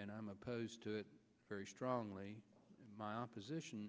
and i'm opposed to it very strongly my opposition